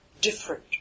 different